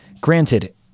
Granted